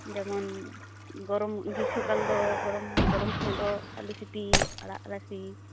ᱡᱮᱢᱚᱱ ᱜᱚᱨᱚᱢ ᱜᱤᱥᱥᱚᱠᱟᱞ ᱫᱚ ᱜᱚᱨᱚᱢ ᱜᱚᱨᱚᱢ ᱥᱚᱢᱚᱭ ᱫᱚ ᱟ ᱞᱩ ᱥᱤᱯᱤ ᱟᱲᱟᱜ ᱨᱟᱥᱮ